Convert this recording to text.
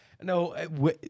No